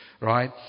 right